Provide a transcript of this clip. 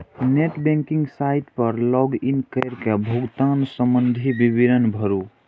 net banking site पर log in कैर के भुगतान संबंधी विवरण भरू